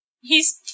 He's-